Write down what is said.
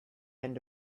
end